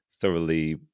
thoroughly